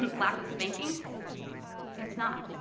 um lack of spanking it's not,